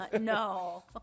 No